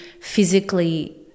physically